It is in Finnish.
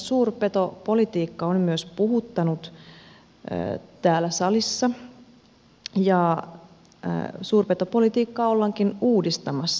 suurpetopolitiikka on myös puhuttanut täällä salissa ja suurpetopolitiikkaa ollaankin uudistamassa